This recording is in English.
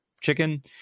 chicken